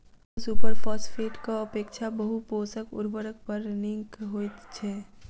single super फौसफेटक अपेक्षा बहु पोषक उर्वरक बड़ नीक होइत छै